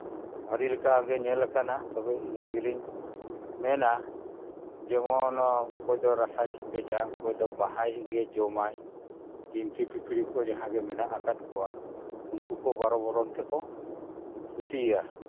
ᱟᱹᱰᱤ ᱞᱮᱠᱟ ᱜᱮ ᱧᱮ ᱠᱟᱱᱟ ᱛᱚᱵᱮ ᱤᱱᱟᱹᱜ ᱜᱮᱞᱤᱧ ᱢᱮᱱᱟ ᱡᱮᱢᱚᱱ ᱚᱠᱚᱭ ᱫᱚ ᱨᱟᱥᱟᱭ ᱪᱮᱯᱮᱡᱟ ᱚᱠᱚᱭ ᱫᱚ ᱵᱟᱦᱟ ᱜᱮ ᱡᱚᱢᱟᱭ ᱡᱤᱱᱛᱤ ᱯᱤᱯᱲᱤ ᱠᱚ ᱡᱟᱦᱟᱸ ᱜᱮ ᱢᱮᱱᱟᱜ ᱟᱠᱟᱫ ᱠᱚᱣᱟ ᱩᱱᱠᱩ ᱠᱚ ᱵᱟᱨᱚ ᱵᱚᱨᱚᱱ ᱛᱮᱠᱚ ᱠᱷᱚᱛᱤᱭᱟ